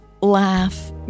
laugh